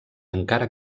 encara